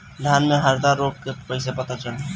धान में हरदा रोग के कैसे पता चली?